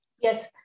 Yes